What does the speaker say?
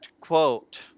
quote